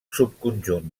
subconjunt